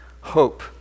hope